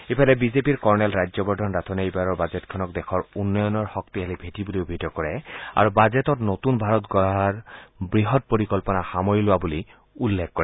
ইফালে বিজেপিৰ কৰ্নেল ৰাজ্যৱৰ্ধন ৰাথোড়ে এইবাৰৰ বাজেটখনক দেশৰ উন্নয়নৰ শক্তিশালী ভেটি বুলি অভিহিত কৰে আৰু বাজেটত নতুন ভাৰত গঢ়াৰ বৃহৎ পৰিকল্পনা সামৰি লোৱা বুলি উল্লেখ কৰে